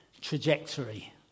Trajectory